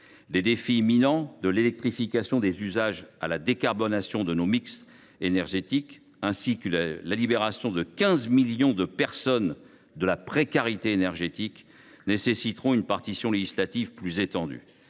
Les défis imminents, de l’électrification des usages à la décarbonation de notre mix énergétique, ainsi que la sortie de 15 millions de personnes de la précarité énergétique, nécessiteront une partition législative plus étendue.